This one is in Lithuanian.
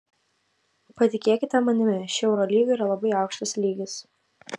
patikėkite manimi ši eurolyga yra labai aukštas lygis